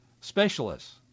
specialists